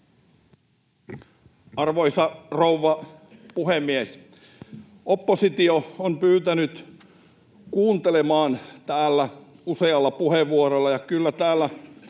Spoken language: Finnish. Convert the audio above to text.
Arvoisa rouva puhemies! Oppositio on pyytänyt kuuntelemaan täällä usealla puheenvuorolla,